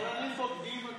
שמאלנים בוגדים, אתם.